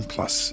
Plus